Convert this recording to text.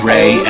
Ray